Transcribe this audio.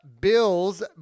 Bills